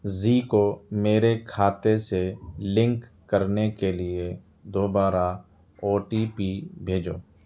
زی کو میرے کھاتے سے لنک کرنے کے لیے دوبارہ او ٹی پی بھیجو